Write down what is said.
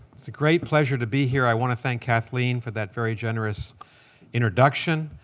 it's a great pleasure to be here. i want to thank kathleen for that very generous introduction.